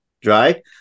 Dry